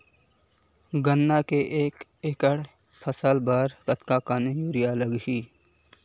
गन्ना के एक एकड़ फसल बर कतका कन यूरिया लगही?